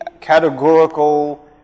categorical